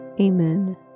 Amen